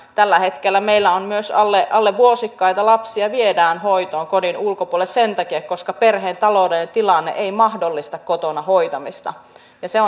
tällä hetkellä meillä myös alle alle vuosikkaita lapsia viedään hoitoon kodin ulkopuolelle sen takia koska perheen taloudellinen tilanne ei mahdollista kotona hoitamista se